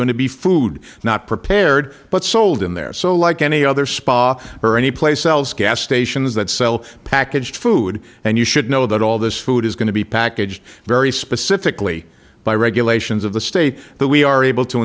going to be food not prepared but sold in there so like any other spa or any place else gas stations that sell packaged food and you should know that all this food is going to be packaged very specifically by regulations of the state that we are able to